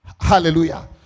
Hallelujah